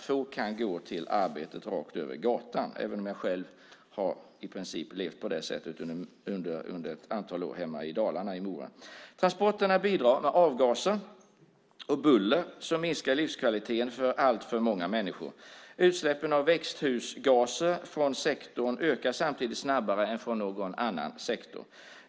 Få kan gå till arbetet rakt över gatan, även om jag själv i princip har levt på det sättet under ett antal år hemma i Mora i Dalarna. Transporterna bidrar med avgaser och buller som minskar livskvaliteten för alltför många människor. Utsläppen av växthusgaser från sektorn ökar samtidigt snabbare än från någon annan sektor.